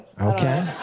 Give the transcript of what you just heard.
Okay